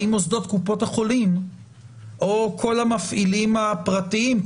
האם מוסדות קופות החולים או כל המפעילים הפרטים,